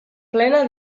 plena